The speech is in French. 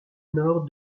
nord